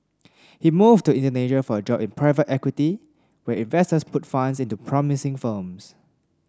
he moved to Indonesia for a job in private equity where investors put funds into promising firms